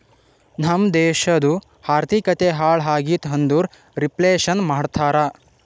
ನಮ್ ದೇಶದು ಆರ್ಥಿಕತೆ ಹಾಳ್ ಆಗಿತು ಅಂದುರ್ ರಿಫ್ಲೇಷನ್ ಮಾಡ್ತಾರ